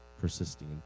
persisting